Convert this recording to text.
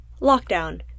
Lockdown